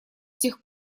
тех